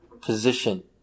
position